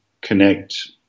connect